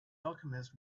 alchemist